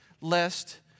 lest